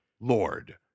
Lord